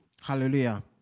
Hallelujah